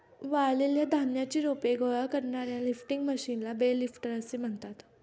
वाळलेल्या धान्याची रोपे गोळा करणाऱ्या लिफ्टिंग मशीनला बेल लिफ्टर असे म्हणतात